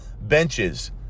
benches